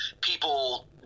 people